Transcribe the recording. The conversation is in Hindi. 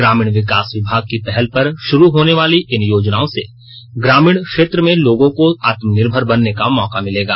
ग्रामीण विकास विभाग की पहल पर शुरू होने वाली इन योजनाओं से ग्रामीण क्षेत्र में लोगों को आत्मनिर्मर बनने का मौका मिलेगा